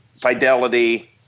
Fidelity